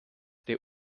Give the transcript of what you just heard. der